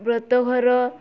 ବ୍ରତ ଘର